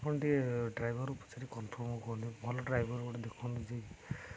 ଆପଣ ଟିକେ ଡ୍ରାଇଭର ପଚାରିକି କନଫର୍ମ ହୁଅନ୍ତୁ ଭଲ ଡ୍ରାଇଭର ଗୋଟେ ଦେଖନ୍ତୁ ଯେ